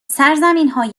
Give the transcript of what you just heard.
سرزمینهای